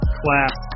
class